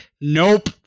Nope